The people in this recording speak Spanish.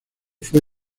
fue